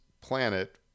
planet